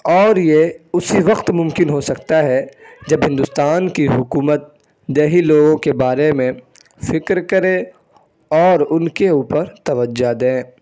اور یہ اسی وقت ممکن ہو سکتا ہے جب ہندوستان کی حکومت دیہی لوگوں کے بارے میں فکر کرے اور ان کے اوپر توجہ دیں